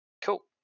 Cool